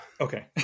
Okay